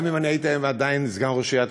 גם אם אני הייתי היום עדיין סגן ראש עיריית